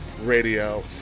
Radio